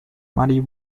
muddy